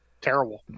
terrible